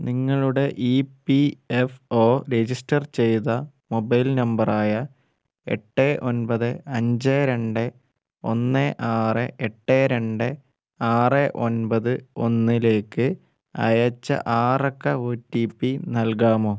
നിങ്ങളുടെ E P F O register ചെയ്ത mobile നമ്പറായ എട്ട് ഒൻപത് അഞ്ച് രണ്ട് ഒന്ന് ആറ് എട്ട് രണ്ട് ആറ് ഒൻപത് ഒന്നിലേക്ക് അയച്ച ആറക്ക ഒ റ്റി പി നൽകാമോ